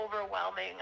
overwhelming